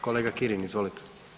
Kolega Kirin, izvolite.